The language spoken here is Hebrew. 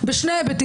בשני היבטים,